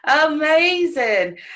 amazing